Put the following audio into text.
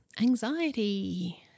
anxiety